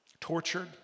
Tortured